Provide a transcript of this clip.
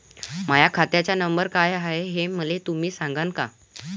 माह्या खात्याचा नंबर काय हाय हे तुम्ही मले सागांन का?